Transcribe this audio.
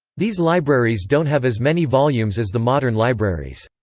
these libraries don't have as many volumes as the modern libraries.